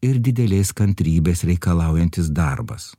ir didelės kantrybės reikalaujantis darbas